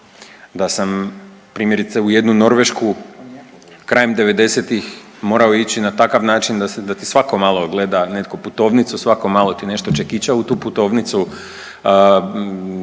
Da sam primjerice u jednu Norvešku krajem '90.-tih morao ići na takav način da ti svako malo gleda netko putovnicu, svako malo ti nešto čekića u tu putovnicu,